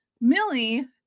Millie